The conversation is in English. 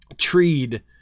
treed